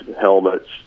helmets